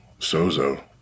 SOZO